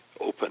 open